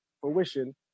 fruition